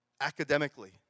academically